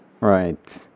Right